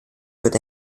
wird